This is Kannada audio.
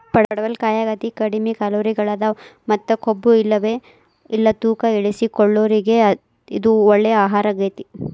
ಪಡವಲಕಾಯಾಗ ಅತಿ ಕಡಿಮಿ ಕ್ಯಾಲೋರಿಗಳದಾವ ಮತ್ತ ಕೊಬ್ಬುಇಲ್ಲವೇ ಇಲ್ಲ ತೂಕ ಇಳಿಸಿಕೊಳ್ಳೋರಿಗೆ ಇದು ಒಳ್ಳೆ ಆಹಾರಗೇತಿ